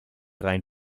rein